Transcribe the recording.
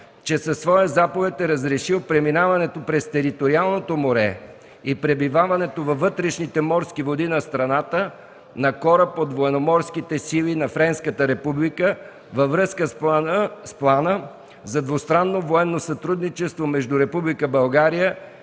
че със своя заповед е разрешил преминаването през териториалното море и пребиваването във вътрешните морски води на страната на кораб от военноморските сили на Френската република във връзка с Плана за двустранно военно сътрудничество между Република България